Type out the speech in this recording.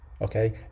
Okay